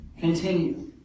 Continue